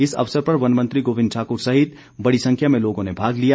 इस अवसर पर वन मंत्री गोविंद ठाकुर सहित बड़ी संरव्या में लोगों ने भाग लिया